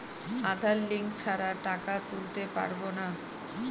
আধার link ছাড়া টাকা তুলতে পারব না?